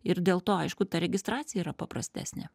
ir dėl to aišku ta registracija yra paprastesnė